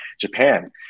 Japan